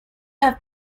have